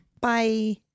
Bye